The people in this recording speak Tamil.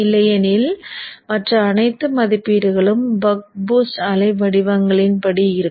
இல்லையெனில் மற்ற அனைத்து மதிப்பீடுகளும் பக் பூஸ்ட் அலை வடிவங்களின் படி இருக்கும்